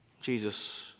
Jesus